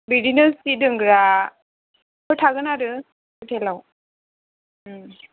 बिदिनो सि दोनग्राफोर थागोन आरो हटेलाव